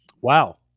Wow